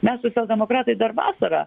mes socialdemokratai dar vasarą